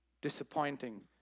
disappointing